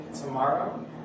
tomorrow